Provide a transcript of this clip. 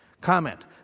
comment